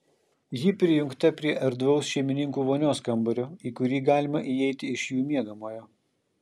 ji prijungta prie erdvaus šeimininkų vonios kambario į kurį galima įeiti iš jų miegamojo